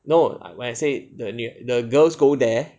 no when I say the the girls go there